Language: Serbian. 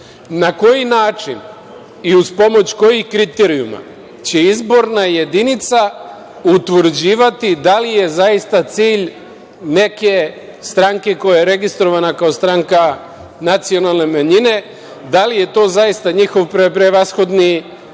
koji način i uz pomoć kojih kriterijuma će izborna jedinica utvrđivati da li je zaista cilj neke stranke koja je registrovana kao stranka nacionalne manjine da li je to zaista njihov prevashodni cilj.